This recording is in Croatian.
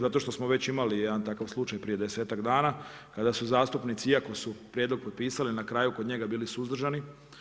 Zato što smo već imali jedan takav slučaj prije desetak dana kada su zastupnici iako su prijedlog potpisali na kraju kod njega bili suzdržani.